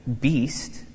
beast